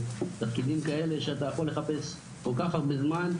ותפקידים כאלה שאתה יכול לחפש כל כך הרבה זמן,